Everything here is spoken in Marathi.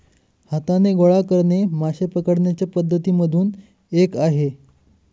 हाताने गोळा करणे मासे पकडण्याच्या पद्धती मधून एक आहे